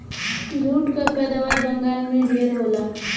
jute कअ पैदावार बंगाल में ढेर होला